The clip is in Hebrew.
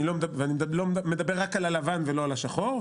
ואני מדבר על רק על הלבן ולא על השחור,